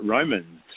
Romans